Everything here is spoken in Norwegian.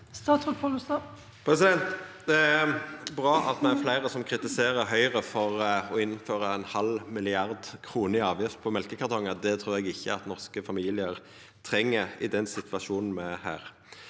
Det er bra at det er fleire som kritiserer Høgre for å innføra ein halv milliard kroner i avgift på mjølkekartongar. Det trur eg ikkje norske familiar treng i den situasjonen me har.